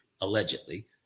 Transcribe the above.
allegedly